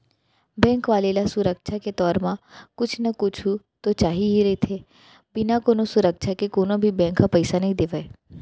bank वाले ल सुरक्छा के तौर म कुछु न कुछु तो चाही ही रहिथे, बिना कोनो सुरक्छा के कोनो भी बेंक ह पइसा नइ देवय